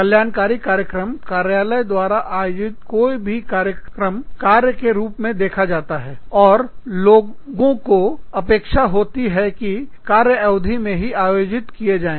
कल्याणकारी कार्यक्रम कार्यालय द्वारा आयोजित कोई भी कार्यक्रम कार्य के रूप में देखा जाता है और लोगों को अपेक्षा होती है कि यह कार्य अवधि में ही आयोजित किए जाएं